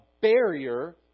barrier